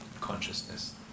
Consciousness